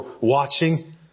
watching